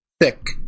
thick